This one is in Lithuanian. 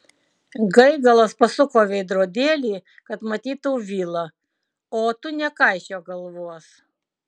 gaigalas pasuko veidrodėlį kad matytų vilą o tu nekaišiok galvos